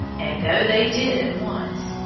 and go they did at once.